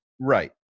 Right